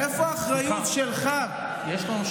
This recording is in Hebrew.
איפה האחריות שלך, סליחה, יש לנו 60 דוברים.